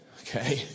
Okay